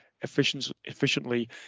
efficiently